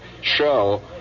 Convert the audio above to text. show